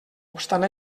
obstant